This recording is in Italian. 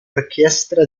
orchestra